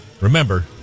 Remember